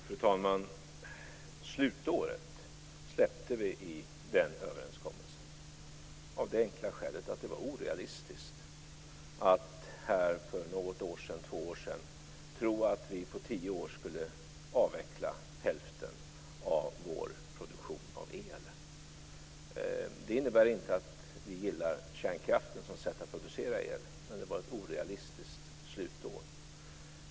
Fru talman! Vi släppte slutåret i den överenskommelsen av det enkla skälet att det var orealistiskt att för några år sedan tro att vi på tio år skulle avveckla hälften av vår produktion av el. Det innebär inte att vi gillar kärnkraften som ett sätt att producera el, men det var ett orealistiskt slutår.